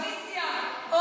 או אופוזיציה.